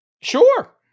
Sure